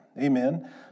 Amen